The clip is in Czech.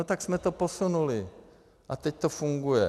Tak jsme to posunuli a teď to funguje.